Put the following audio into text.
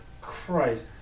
Christ